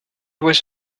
was